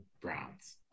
Browns